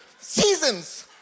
Seasons